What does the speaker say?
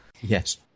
Yes